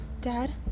Dad